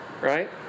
right